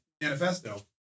manifesto